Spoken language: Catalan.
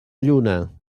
lluna